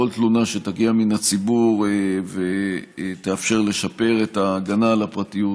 כל תלונה שתגיע מהציבור ותאפשר לשפר את ההגנה על הפרטיות,